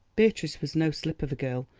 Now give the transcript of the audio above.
beatrice was no slip of a girl,